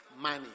money